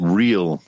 real